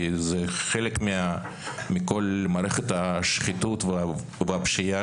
כי זה חלק מכל מערכת השחיתות והפשיעה